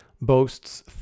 boasts